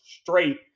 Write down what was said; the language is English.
straight